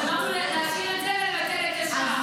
אז אמרתי להשאיר את זה ולבטל את השאר.